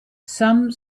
some